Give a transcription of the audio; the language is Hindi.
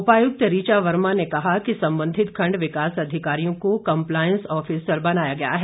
उपायुक्त ऋचा वर्मा ने कहा कि संबंधित खण्ड विकास अधिकारियों को कंपलायस ऑफिसर बनाया गया है